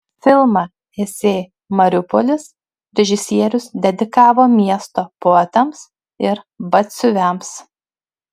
filmą esė mariupolis režisierius dedikavo miesto poetams ir batsiuviams